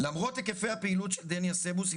"למרות היקפי הפעילות של דניה סיבוס היא